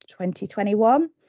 2021